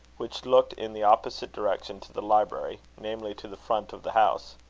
which looked in the opposite direction to the library, namely, to the front of the house.